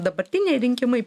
dabartiniai rinkimai